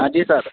ہاں جی سر